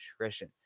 nutrition